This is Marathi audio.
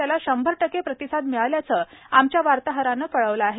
त्याला शंभर टक्के प्रतिसाद मिळाल्याचं आमच्या वार्ताहरानं केळवलं आहे